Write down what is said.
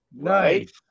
Nice